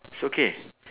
it's okay